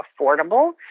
affordable